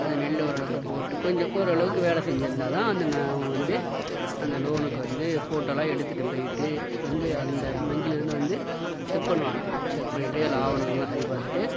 அது நெல் ஓரளவுக்கு போட்டு கொஞ்சம் ஓரளவுக்கு வேலை செஞ்சியிருந்தா தான் அந்த நான் அவங்க வந்து அந்த லோனுக்கு வந்து ஃபோட்டோலாம் எடுத்துகிட்டு பேயிவிட்டு வந்து அந்த வங்கியிலேருந்து வந்து செக் பண்ணுவாங்க செக் பண்ணிவிட்டு ஆவணங்கள்லாம் சரி பார்த்துட்டு